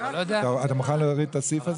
אתה מוכן להוריד את הסעיף הזה?